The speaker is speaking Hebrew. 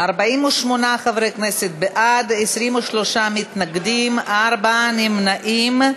48 חברי כנסת בעד, 23 נגד, נמנעים,